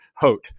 hote